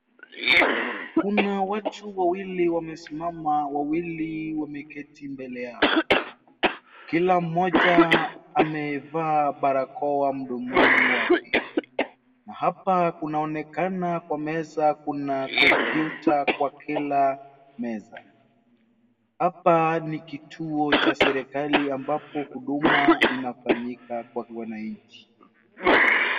Kuna watu wawili wamesimama, wawili wameketi mbele yao. Kila mmoja amevaa barakoa mdomoni wake. Na hapa kunaoneka kwa meza kuna kompyuta kwa kila meza. Hapa ni kituo cha serikali ambapo huduma inafanyika kwa wananchi.